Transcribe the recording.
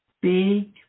Big